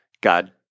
God